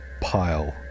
pile